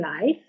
life